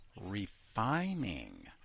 refining